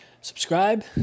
subscribe